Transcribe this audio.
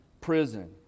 prison